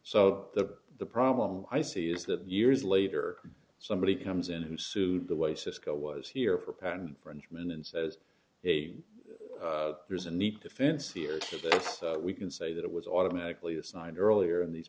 so the the problem i see is that years later somebody comes in to sue the way cisco was here for penn ranchman and says hey there's a neat defense here is that we can say that it was automatically assigned earlier and these